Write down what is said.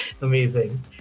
Amazing